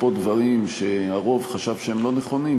לכפות דברים שהרוב חשב שהם לא נכונים,